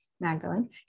Magdalene